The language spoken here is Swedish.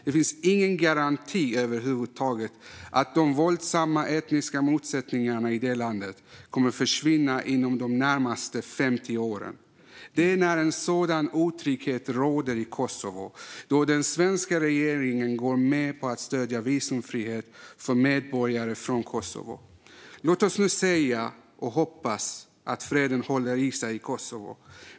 Det finns ingen garanti över huvud taget för att de våldsamma etniska motsättningarna i landet kommer att försvinna inom de närmaste 50 åren. Det är medan en sådan otrygghet råder i Kosovo som den svenska regeringen går med på att stödja visumfrihet för medborgare från Kosovo. Låt oss säga - och hoppas - att freden håller i sig i Kosovo.